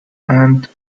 and